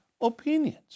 opinions